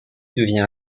devient